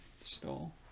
stole